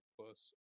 plus